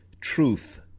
truth